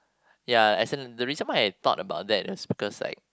ya actually the reason why I thought about that was because like